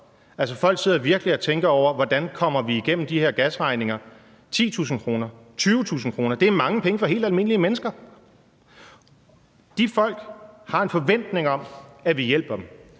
Altså, folk sidder virkelig og tænker over det: Hvordan kommer vi igennem de her gasregninger? 10.000 kr., 20.000 kr. er mange penge for helt almindelige mennesker. De folk har en forventning om, at vi hjælper dem,